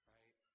Right